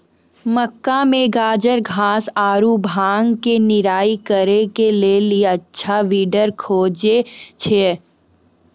मक्का मे गाजरघास आरु भांग के निराई करे के लेली अच्छा वीडर खोजे छैय?